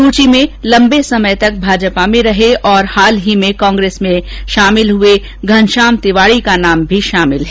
सुची में लम्बे समय तक भाजपा में रहे और हाल ही में कांग्रेस में शामिल हुए घनश्याम तिवाडी का नोम भी शामिल है